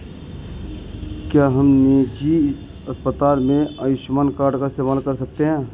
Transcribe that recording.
क्या हम निजी अस्पताल में आयुष्मान कार्ड का इस्तेमाल कर सकते हैं?